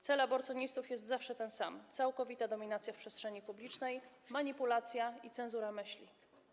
Cel aborcjonistów jest zawsze ten sam: całkowita dominacja w przestrzeni publicznej, manipulacja i cenzura myśli.